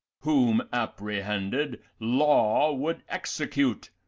whom, apprehended, law would execute,